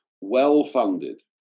well-funded